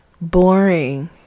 boring